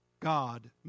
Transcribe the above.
God